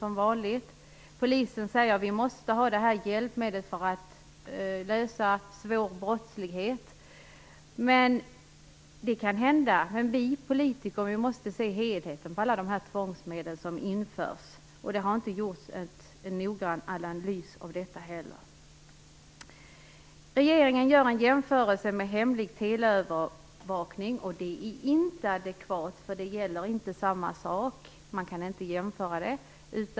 Polisen säker att den måste ha det här hjälpmedlet för att bekämpa svår brottslighet. Det kan hända, men vi politiker måste se helheten i alla de tvångsmedel som införs, och det har inte gjorts någon noggrann analys av detta. Regeringen gör en jämförelse med hemlig teleövervakning, och det är inte adekvat, för det gäller inte samma sak. Man kan inte jämföra så.